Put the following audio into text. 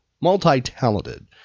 Multi-talented